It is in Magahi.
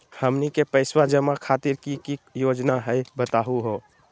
हमनी के पैसवा जमा खातीर की की योजना हई बतहु हो?